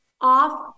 off